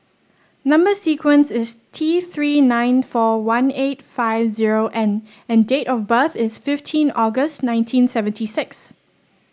number sequence is T Three nine four one eight five zero N and date of birth is fifteen August nineteen seventy six